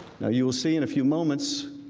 you will see in a few moments,